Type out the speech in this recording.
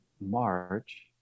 March